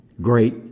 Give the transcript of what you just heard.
great